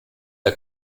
der